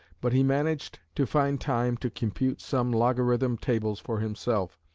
but he managed to find time to compute some logarithm tables for himself,